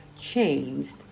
changed